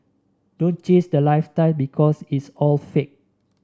don't chase the lifestyle because it's all fake